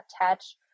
attach